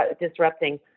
disrupting